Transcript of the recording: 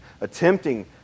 attempting